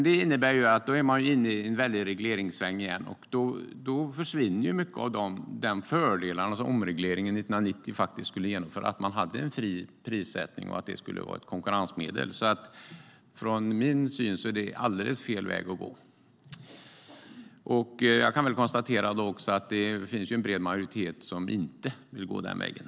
Det innebär att man är inne i en regleringssväng igen, och då försvinner mycket av de fördelar som omregleringen 1990 skulle innebära, med fri prissättning som ett konkurrensmedel. Min synpunkt är att det är helt fel väg att gå. Jag konstaterar att det finns en bred majoritet som inte vill gå den vägen.